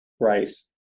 rice